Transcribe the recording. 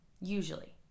usually